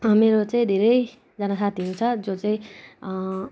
मेरो चैँ धेरैजना साथीहरू छ जो चैँ